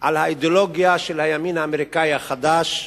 על האידיאולוגיה של הימין האמריקני החדש,